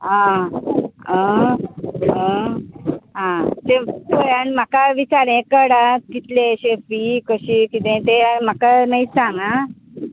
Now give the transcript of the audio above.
आं आ आं आं तें पळय आनी म्हाका विचार यें काड आं कितले अशे फी कशी कितें तें आनी म्हाका मागीर सांग आं